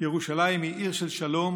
ירושלים היא עיר של שלום,